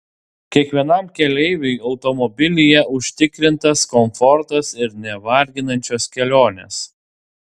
kiekvienam keleiviui automobilyje užtikrintas komfortas ir nevarginančios kelionės